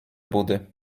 budy